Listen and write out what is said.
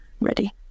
ready